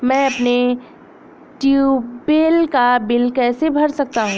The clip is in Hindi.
मैं अपने ट्यूबवेल का बिल कैसे भर सकता हूँ?